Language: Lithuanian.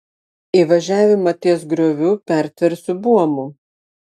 įvažiavimą ties grioviu pertversiu buomu